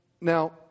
now